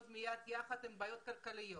יחד עם בעיות כלכליות